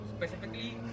specifically